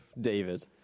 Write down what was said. David